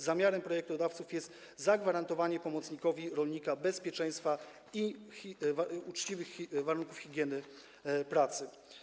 Zamiarem projektodawców jest zagwarantowanie pomocnikowi rolnika bezpieczeństwa i uczciwych warunków, higieny pracy.